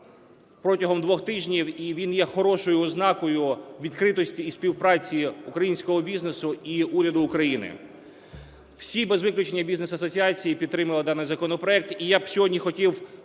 протягом двох тижнів, і він є хорошою ознакою відкритості і співпраці українського бізнесу і уряду України. Всі без виключення бізнес-асоціації підтримали законопроект. І я б сьогодні хотів